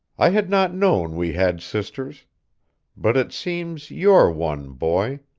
i had not known we had sisters but it seems you're one, boy.